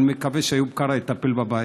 ואני מקווה שאיוב קרא יטפל בבעיה.